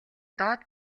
доод